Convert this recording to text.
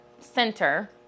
center